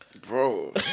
Bro